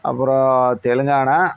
அப்புறம் தெலுங்கானா